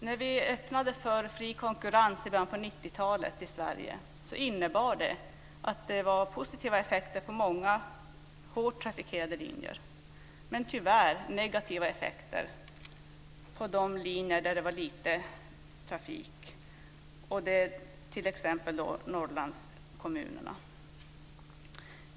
När vi öppnade för fri konkurrens i Sverige i början på 90-talet innebar det positiva effekter för många hårt trafikerade linjer. Men det innebar tyvärr negativa effekter för de linjer där det fanns lite trafik, t.ex. till Norrlandskommunerna.